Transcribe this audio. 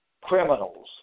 criminals